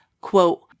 quote